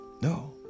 No